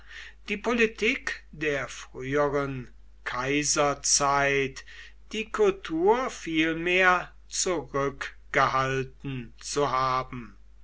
die politik der früheren kaiserzeit die kultur vielmehr zurückgehalten zu haben